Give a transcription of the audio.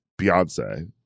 beyonce